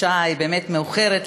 השעה באמת מאוחרת,